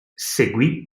seguì